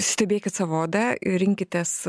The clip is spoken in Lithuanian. stebėkit savo oda ir rinkitės